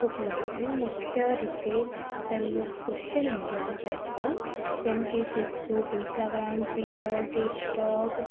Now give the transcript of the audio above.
ઉપલબ્ધ છે મુખ્ય રીતે પહેલું સોશિયલ મીડિયા પ્લેટફોર્મ જેમ કે ફેસબુક ઇન્સ્ટાગ્રામ ટ્વિટર ટિકટોક